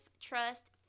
trust